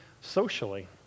socially